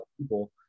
people